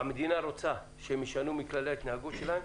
המדינה רוצה שהם ישנו מכללי ההתנהגות שלהם,